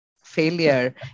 failure